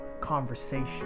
conversation